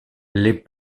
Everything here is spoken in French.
les